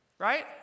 Right